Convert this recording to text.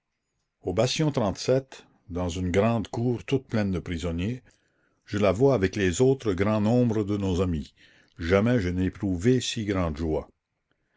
au bastion dans une grande cour toute pleine de prisonniers je la vois avec les autres grand nombre de nos amis jamais je n'éprouvai si grande joie